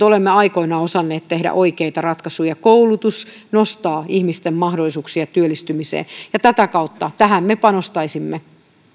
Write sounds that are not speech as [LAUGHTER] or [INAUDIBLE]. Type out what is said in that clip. [UNINTELLIGIBLE] olemme aikoinaan osanneet tehdä oikeita ratkaisuja koulutus nostaa ihmisten mahdollisuuksia työllistymiseen ja tätä kautta tähän me panostaisimme